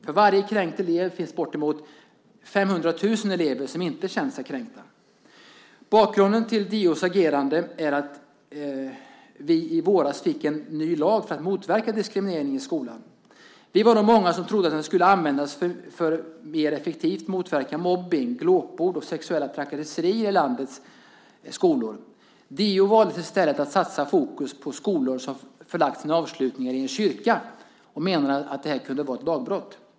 För varje kränkt elev finns bortemot 500 000 elever som inte känt sig kränkta. Bakgrunden till DO:s agerande är att vi i våras fick en ny lag för att motverka diskriminering i skolan. Vi var då många som trodde att denna skulle användas för att mer effektivt motverka mobbning, glåpord och sexuella trakasserier i landets skolor. DO valde i stället att lägga fokus på skolor som förlagt sina avslutningar till en kyrka och menade att det här kunde vara ett lagbrott.